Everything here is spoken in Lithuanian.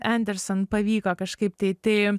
enderson pavyko kažkaip tai tai